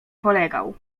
polegał